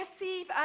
receive